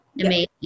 Amazing